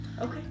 Okay